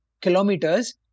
kilometers